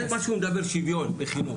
זה מה שהוא אומר שוויון בחינוך.